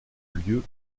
lieu